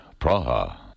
Praha